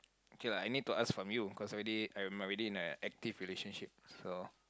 okay lah I need to ask from you cause I already I'm already in a active relationship so